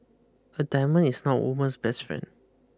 a diamond is not a woman's best friend